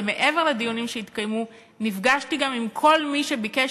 ומעבר לדיונים שהתקיימו גם נפגשתי עם כל מי שביקש